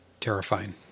terrifying